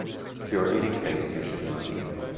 you are eating things you should not eat.